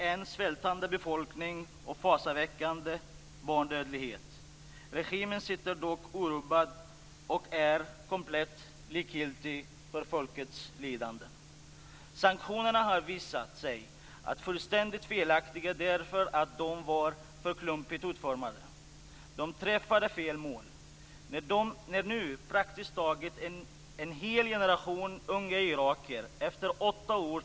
Den sociala lagstiftningen till skydd för barn uppvisar också stora brister. Detta har bl.a. uppmärksammats inom Nordiska rådets arbete. Sverige har varit pådrivande i denna fråga. Det är mycket bra, och det skall vi fortsätta med. Det gör man i den översyn av barnfrågor som regeringen påbörjade under förra året, "Barnets bästa i Sveriges utvecklingsarbete".